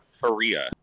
Korea